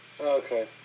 Okay